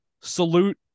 salute